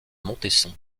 montesson